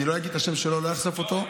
אני לא אגיד את השם שלו, אני לא אחשוף אותו.